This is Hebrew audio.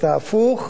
את ההפוך.